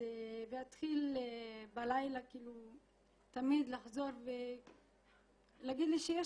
והתחיל תמיד לחזור בלילה ולהגיד לי שיש